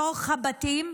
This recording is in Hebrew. בתוך הבתים,